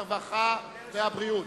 הרווחה והבריאות.